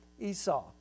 Esau